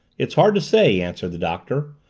it's hard to say, answered the doctor.